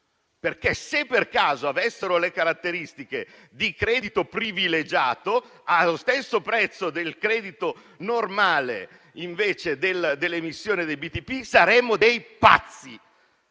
perché se per caso avessero le caratteristiche di credito privilegiato, pur avendo lo stesso prezzo del credito normale derivante all'emissione dei BTP, saremmo dei pazzi,